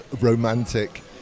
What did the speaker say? romantic